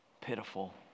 pitiful